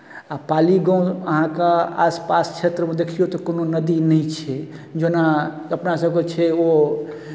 आ पाली गाम अहाँके आसपास क्षेत्रमे देखियौ तऽ कोनो नदी नहि छै जेना अपनासभकेँ छै ओ